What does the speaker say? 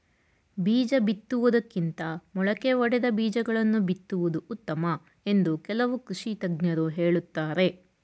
ಬೀಜ ಬಿತ್ತುವುದಕ್ಕಿಂತ ಮೊಳಕೆ ಒಡೆದ ಬೀಜಗಳನ್ನು ಬಿತ್ತುವುದು ಉತ್ತಮ ಎಂದು ಕೆಲವು ಕೃಷಿ ತಜ್ಞರು ಹೇಳುತ್ತಾರೆ